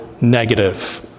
negative